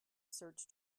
search